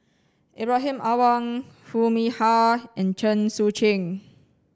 Ibrahim Awang Foo Mee Har and Chen Sucheng